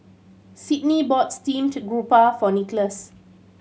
Sydney bought steamed garoupa for Nickolas